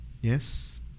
Yes